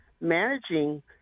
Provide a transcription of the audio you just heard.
managing